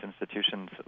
institutions